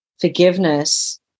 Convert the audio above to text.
forgiveness